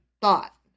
thought